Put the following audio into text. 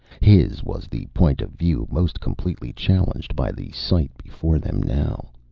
his was the point of view most completely challenged by the sight before them now.